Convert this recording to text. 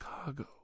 Chicago